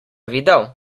videl